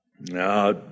Now